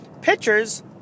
pitchers